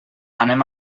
anem